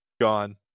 gone